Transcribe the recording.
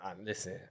Listen